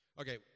Okay